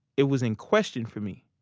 it was in question for me.